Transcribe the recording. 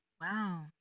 Wow